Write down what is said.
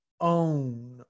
own